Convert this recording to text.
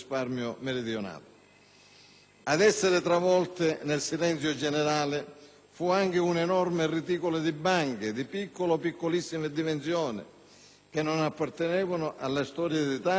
Ad essere travolte, nel silenzio generale, fu anche un enorme reticolo di banche, di piccole o piccolissime dimensioni, che non appartenevano alla storia d'Italia,